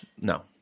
No